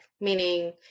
meaning